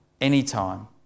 anytime